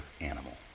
animal